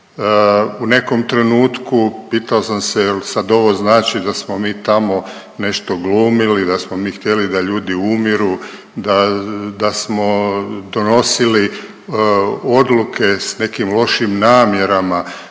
U nekom trenutku pitao sam se jel sad ovo znači da smo mi tamo nešto glumili, da smo mi htjeli da ljudi umiru, da smo donosili odluke s nekim lošim namjerama.